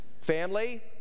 family